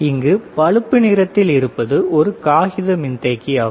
இங்கு பழுப்பு நிறத்தில் இருப்பது ஒரு காகித மின்தேக்கி ஆகும்